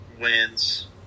wins